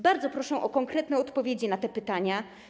Bardzo proszę o konkretne odpowiedzi na te pytania.